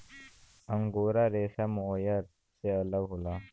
angora रेसा mohair से अलग होला